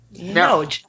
No